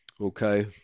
Okay